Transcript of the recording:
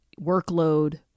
workload